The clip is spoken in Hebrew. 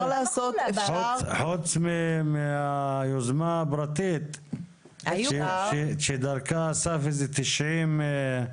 חוץ מהיוזמה הפרטית שדרכה נאספו כ-90,